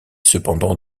cependant